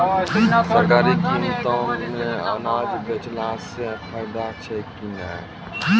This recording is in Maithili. सरकारी कीमतों मे अनाज बेचला से फायदा छै कि नैय?